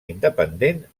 independent